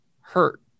hurt